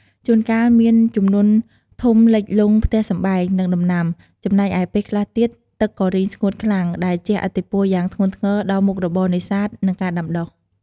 ជួនកាលមានជំនន់ធំលិចលង់ផ្ទះសម្បែង និងដំណាំ ចំណែកឯពេលខ្លះទៀតទឹកក៏រីងស្ងួតខ្លាំង ដែលជះឥទ្ធិពលយ៉ាងធ្ងន់ធ្ងរដល់មុខរបរនេសាទ និងការដាំដុះ។